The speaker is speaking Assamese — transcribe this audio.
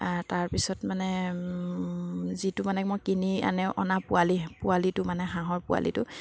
তাৰপিছত মানে যিটো মানে মই কিনি আনে অনা পোৱালি পোৱালিটো মানে হাঁহৰ পোৱালিটো